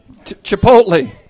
Chipotle